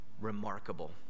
remarkable